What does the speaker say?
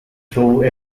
through